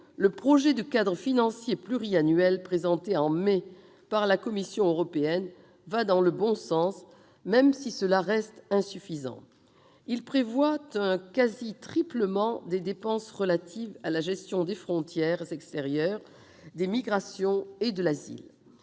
le projet de cadre financier pluriannuel présenté en mai par la Commission européenne va dans le bon sens, même si cela reste insuffisant : il prévoit un quasi-triplement des dépenses relatives à la gestion des frontières extérieures, des migrations et de l'asile.